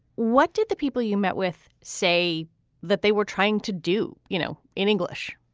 what did the people you met with say that they were trying to do, you know, in english?